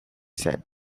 said